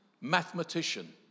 mathematician